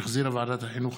שהחזירה ועדת החינוך,